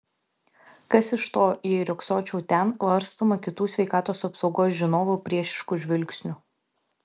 kas iš to jei riogsočiau ten varstoma kitų sveikatos apsaugos žinovų priešiškų žvilgsnių